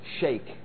shake